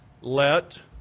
let